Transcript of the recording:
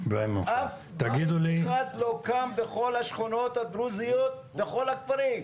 אף אחד לא קם בכל השכונות הדרוזיות ובכל הכפרים.